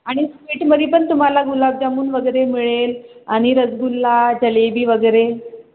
आणि स्वीटमध्ये पण तुम्हाला गुलाबजामुन वगैरे मिळेल आणि रसगुल्ला जिलेबी वगैरे